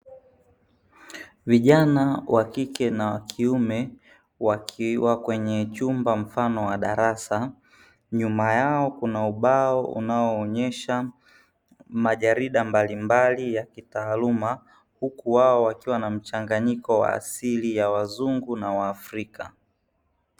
Vijana wa kike na wa kiume wakiwa kwenye chumba mfano wa darasa, nyuma yao kuna ubao unaoonyesha majarida mbalimbali ya kitaaluma huku wao wakiwa na mchanganyiko wa asili ya wazungu na waafrika.